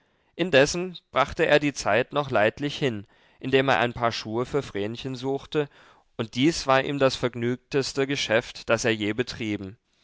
indessen brachte er die zeit noch leidlich hin indem er ein paar schuhe für vrenchen suchte und dies war ihm das vergnügteste geschäft das er je betrieben